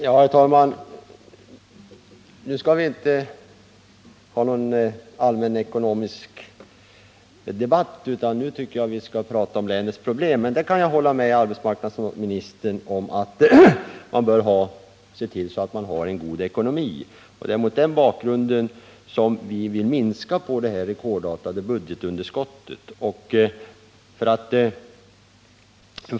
Herr talman! Nu skall vi inte ha någon allmänekonomisk debatt, utan vi skall tala om länets problem. Men jag kan hålla med arbetsmarknadsministern om att man bör se till att man har en god ekonomi, och det är mot den bakgrunden vi vill minska det rekordartade budgetunderskottet.